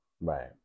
right